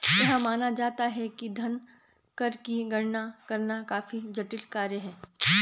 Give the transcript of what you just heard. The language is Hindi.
यह माना जाता है कि धन कर की गणना करना काफी जटिल कार्य है